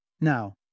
Now